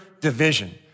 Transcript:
division